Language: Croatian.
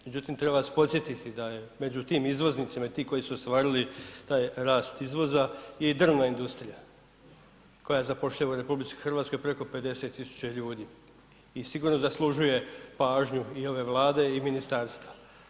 Međutim, treba vas podsjetiti da je među tim izvoznicima i tim koji su ostvarili taj rast izvoza i drvna industrija koja zapošljava u RH preko 50 tisuća ljudi i sigurno zaslužuje pažnju i ove Vlade i ministarstva.